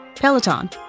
Peloton